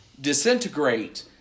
disintegrate